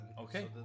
Okay